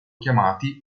chiamati